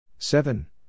Seven